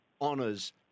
honours